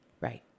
Right